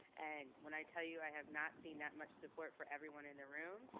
and when i tell you, i have not seen that much support for everyone in the room,